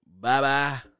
Bye-bye